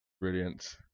Brilliant